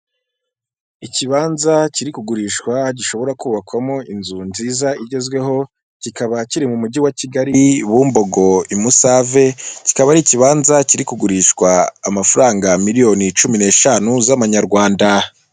Ikibanza kiri kugurishwa gishobora kubakwamo inzu nziza igezweho, kikaba kiri mu mujyi wa Kigali i Bumbogo i Musave, kikaba ari ikibanza kiri kugurishwa amafaranga miliyoni cumi n'eshanu z'amanyarwanda.